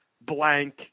blank